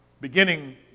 beginning